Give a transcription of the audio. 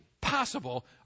possible